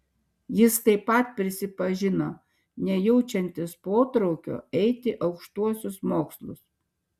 jis taip pat prisipažino nejaučiantis potraukio eiti aukštuosius mokslus